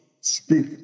speak